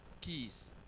keys